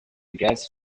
gas